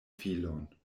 filon